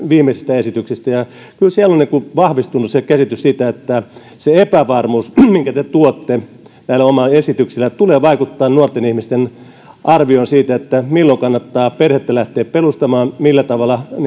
viimeisistä esityksistänne ja kyllä siellä on vahvistunut käsitys siitä että se epävarmuus minkä te tuotte näillä omilla esityksillänne tulee vaikuttamaan nuorten ihmisten arvioon siitä milloin kannattaa perhettä lähteä perustamaan millä tavalla